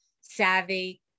savvy